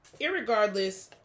irregardless